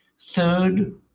Third